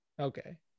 okay